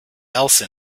else